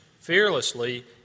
fearlessly